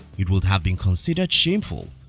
would would have been considered shameful,